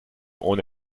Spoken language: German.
ohne